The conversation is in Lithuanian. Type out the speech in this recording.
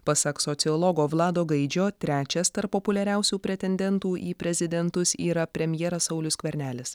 pasak sociologo vlado gaidžio trečias tarp populiariausių pretendentų į prezidentus yra premjeras saulius skvernelis